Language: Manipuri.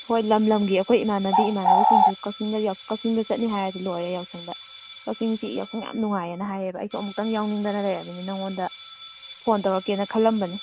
ꯍꯣꯏ ꯂꯝ ꯂꯝꯒꯤ ꯑꯩꯈꯣꯏ ꯏꯃꯥꯟꯅꯕꯤ ꯏꯃꯥꯟꯅꯕꯁꯤꯡꯁꯨ ꯀꯥꯛꯆꯤꯡꯗ ꯀꯥꯛꯆꯤꯡꯗ ꯆꯠꯅꯤ ꯍꯥꯏꯔꯗꯤ ꯂꯣꯏꯔꯦ ꯌꯥꯎꯁꯪꯗ ꯀꯥꯛꯆꯤꯡꯁꯤ ꯌꯥꯎꯁꯪ ꯌꯥꯝ ꯅꯨꯡꯉꯥꯏ ꯑꯅ ꯍꯥꯏꯌꯦꯕ ꯑꯩꯁꯨ ꯑꯃꯨꯛꯇꯪ ꯌꯥꯎꯅꯤꯡꯗꯅ ꯂꯩꯔꯝꯃꯤꯅꯤ ꯅꯪꯉꯣꯟꯗ ꯐꯣꯟ ꯇꯧꯔꯛꯀꯦꯅ ꯈꯜꯂꯝꯕꯅꯤ